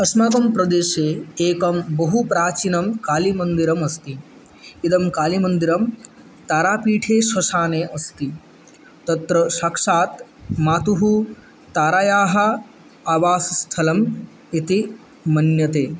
अस्माकं प्रदेशे एकं बहुप्राचीनं कालीमन्दिरम् अस्ति इदं कालीमन्दिरं तारापीठे स्वस्थाने अस्ति तत्र साक्षात् मातुः तारायाः आवास स्थलम् इति मन्यते